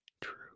true